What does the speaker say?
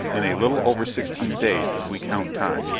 in a little over sixteen days, as we count time,